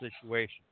situation